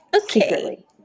Okay